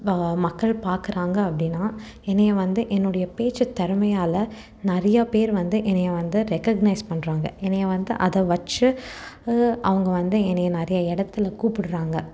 வா மக்கள் பார்க்குறாங்க அப்படினா என்னையை வந்து என்னுடைய பேச்சு திறமையால நிறையா பேர் வந்து என்னையை வந்து ரெககனைஸ் பண்ணுறாங்க என்னையை வந்து அதை வச்சு அவங்க வந்து என்னையை நிறையா இடத்துல கூப்பிட்றாங்க